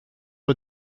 eux